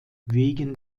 wegen